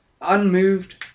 unmoved